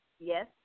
Yes